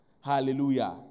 Hallelujah